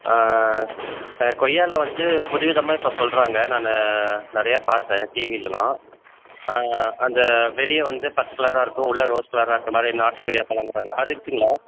ஆ கொய்யாவில வந்து புதுவிதமாக இப்போ சொல்லுறாங்க நான் நிறையா பார்த்தேன் டிவிலெல்லாம் ஆ அந்த வெளியே வந்து பச்சை கலராக இருக்கும் உள்ளாரா ரோஸ் கலராக இருக்குராமாதிரி நாட்டு கொய்யா பழங்குறாங்க அது இருக்குங்களா